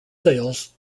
sales